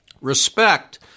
respect